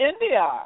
India